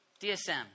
DSM